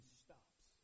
stops